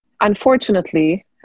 unfortunately